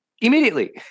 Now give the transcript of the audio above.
immediately